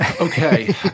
Okay